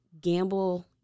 gamble